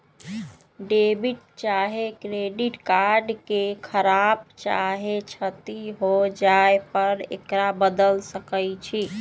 debit चाहे credit card के खराप चाहे क्षति हो जाय पर एकरा बदल सकइ छी